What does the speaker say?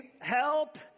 help